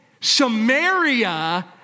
Samaria